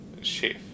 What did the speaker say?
chef